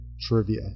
Trivia